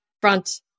front